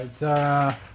right